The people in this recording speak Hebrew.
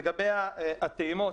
לגבי הטעימות,